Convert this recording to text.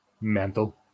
mental